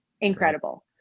incredible